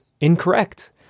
incorrect